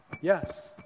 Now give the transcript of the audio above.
Yes